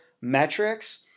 metrics